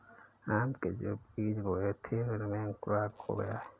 आम के जो बीज बोए थे उनमें अंकुरण हो गया है